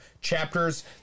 chapters